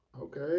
okay